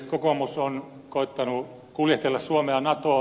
kokoomus on koettanut kuljetella suomea natoon